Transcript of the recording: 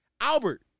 Albert